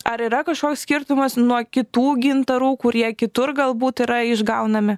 ar yra kažkoks skirtumas nuo kitų gintarų kurie kitur galbūt yra išgaunami